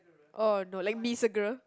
oh no like me as a girl